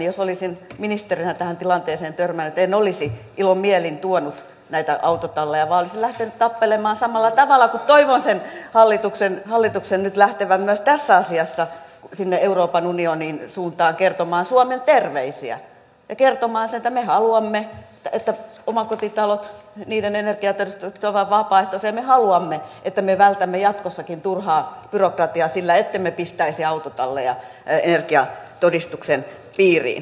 jos olisin ministerinä tähän tilanteeseen törmännyt en olisi ilomielin tuonut näitä autotalleja vaan olisin lähtenyt tappelemaan samalla tavalla kuin toivon hallituksen nyt lähtevän myös tässä asiassa sinne euroopan unionin suuntaan kertomaan suomen terveisiä ja kertomaan sen että me haluamme että omakotitalojen energiatodistukset ovat vapaaehtoisia ja me haluamme että me vältämme jatkossakin turhaa byrokratiaa sillä ettemme pistäisi autotalleja energiatodistuksen piiriin